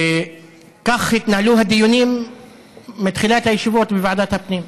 כך התנהלו הדיונים מתחילת הישיבות בוועדת הפנים.